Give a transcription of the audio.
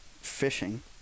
fishing